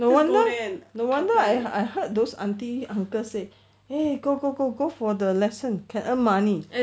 no wonder no wonder I I heard those auntie uncle say eh go go go go for the lesson can earn money